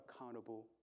accountable